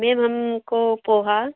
ma'am हमको पोहा